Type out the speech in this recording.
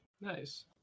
Nice